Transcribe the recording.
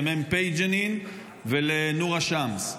למ"פ ג'נין ולנור א-שמס.